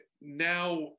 now